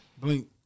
blink